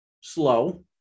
slow